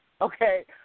okay